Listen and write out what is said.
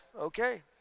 Okay